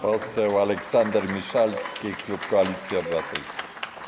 Poseł Aleksander Miszalski, klub Koalicji Obywatelskiej.